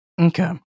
Okay